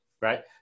Right